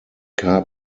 car